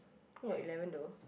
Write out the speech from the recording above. eh got eleven though